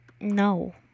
No